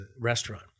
restaurant